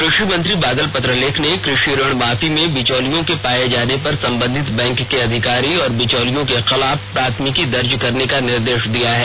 कृषि मंत्री बादल पत्रलेख ने कृषि ऋण माफी में बिचौलिए के पाये जाने पर संबंधित बैंक के अधिकारी और बिचौलियों के खिलाफ प्राथमिकी दर्ज करने का निर्देश दिया है